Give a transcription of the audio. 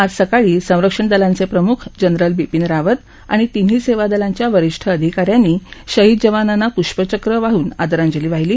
आज सकाळी संरक्षण दलांचे प्रमुख जनरल बिपीन रावत आणि तिन्ही सेवादलांच्या वरिष्ठ अधिका यांनी शहीद जवानांना पुष्पचक्र वाहन आदरांजली वाहिली